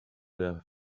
their